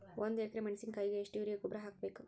ಒಂದು ಎಕ್ರೆ ಮೆಣಸಿನಕಾಯಿಗೆ ಎಷ್ಟು ಯೂರಿಯಾ ಗೊಬ್ಬರ ಹಾಕ್ಬೇಕು?